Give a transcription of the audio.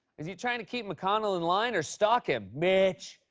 he's he's trying to keep mcconnell in line, or stalk him? mitch!